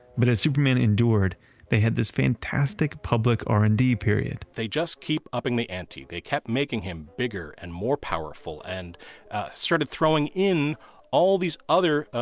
but as superman endured they had this fantastic public r and d period they just keep upping the ante. they kept making him bigger and more powerful. and started throwing in all these other,